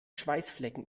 schweißflecken